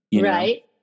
right